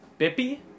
Bippy